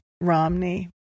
Romney